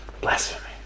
blasphemy